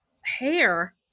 hair